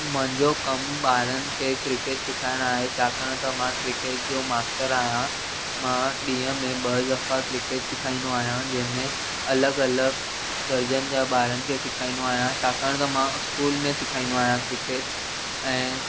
मुंहिंजो कम ॿारनि खे क्रिकेट सिखाइण आहे छाकाणि त मां क्रिकेट जो मास्टर आहियां मां ॾींहं में ॿ दफ़ा क्रिकेट सेखारींदो आहियां जंहिंमें अलॻि अलॻि दर्जन जा ॿारनि खे सेखारींदो आहियां छाकाणि त स्कूल में सेखारींदो आहियां क्रिकेट ऐं